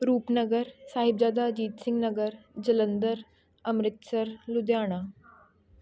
Rupnagar Sahibzada Ajit Singh Nagar Jalandhar Amritsar Ludhiana